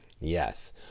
Yes